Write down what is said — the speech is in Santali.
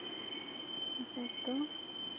ᱱᱟᱯᱟᱭ ᱛᱚ